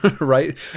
right